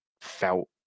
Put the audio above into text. felt